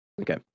Okay